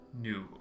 new